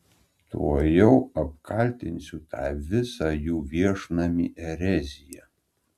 tuojau apkaltinsiu tą visą jų viešnamį erezija